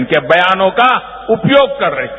इनके बयानों का उपयोग कर रहा है